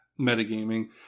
metagaming